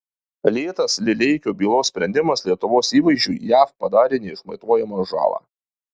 lėtas lileikio bylos sprendimas lietuvos įvaizdžiui jav padarė neišmatuojamą žalą